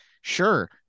Sure